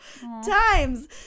times